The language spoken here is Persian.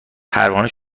پروانه